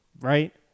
right